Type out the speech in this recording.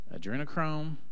adrenochrome